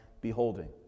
beholding